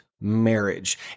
marriage